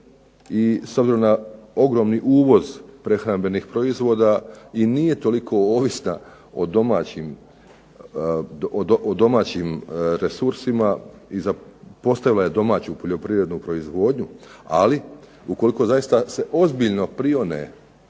je s obzirom na ogromni uvoz prehrambenih proizvoda i nije toliko ovisna o domaćim resursima i zapostavila je domaću poljoprivrednu proizvodnju ali ukoliko zaista se ozbiljno prione